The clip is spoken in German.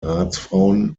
ratsfrauen